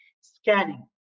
scanning